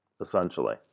essentially